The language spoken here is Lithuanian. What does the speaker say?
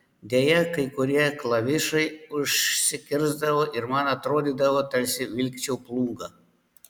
deja kai kurie klavišai užsikirsdavo ir man atrodydavo tarsi vilkčiau plūgą